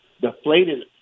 deflated